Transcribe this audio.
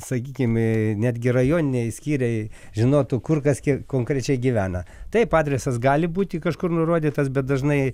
sakykim netgi rajoniniai skyriai žinotų kur kas kiek konkrečiai gyvena taip adresas gali būti kažkur nurodytas bet dažnai